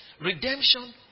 Redemption